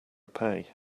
pay